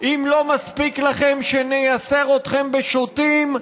אם לא מספיק לכם שנייסר אתכם בשוטים,